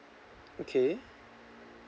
okay